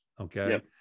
Okay